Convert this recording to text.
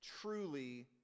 truly